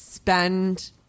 spend